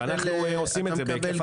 ואנחנו עושים את זה בהיקף אדיר.